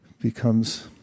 becomes